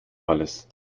alles